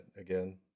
again